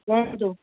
କୁହନ୍ତୁ